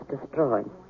destroyed